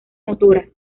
motoras